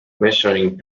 measuring